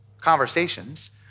conversations